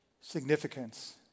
Significance